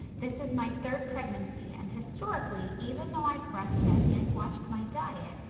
this is my third pregnancy and historically, even though i've breastfed and watched my diet,